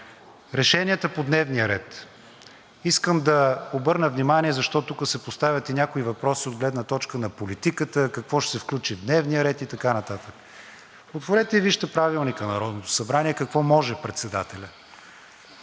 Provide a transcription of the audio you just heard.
Решенията по дневния ред. Искам да обърна внимание, защото тук се поставят и някои въпроси от гледна точка на политиката – какво ще се включи в дневния ред и така нататък. Отворете и вижте Правилника на Народното събрание какво може председателят.